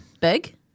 big